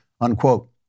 unquote